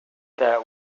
that